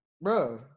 bro